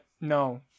No